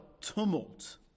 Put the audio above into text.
tumult